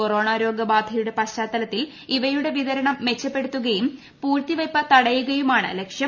corona രോഗ ബാധയുടെ പശ്ചാത്തലത്തിൽ ഇവയുടെ വിതരണം മെച്ചപ്പെടുത്തുകയും പൂഴ്ത്തിവയ്പ്പ് തടയുകയുമാണ് ലക്ഷ്യം